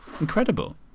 Incredible